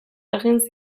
egin